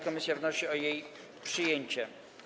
Komisja wnosi o jej przyjęcie.